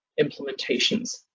implementations